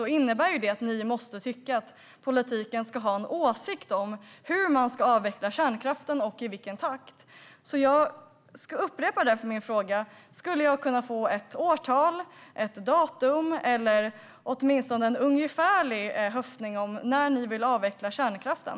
Då innebär det ju att ni måste tycka att politiken ska ha en åsikt om hur man ska avveckla kärnkraften och i vilken takt. Jag upprepar därför min fråga: Skulle jag kunna få ett årtal, ett datum eller åtminstone en ungefärlig höftning när ni vill avveckla kärnkraften?